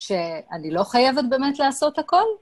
שאני לא חייבת באמת לעשות הכל?